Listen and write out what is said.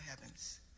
heavens